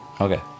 Okay